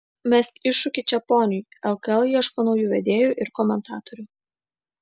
mesk iššūkį čeponiui lkl ieško naujų vedėjų ir komentatorių